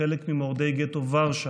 שחלק ממורדי גטו ורשה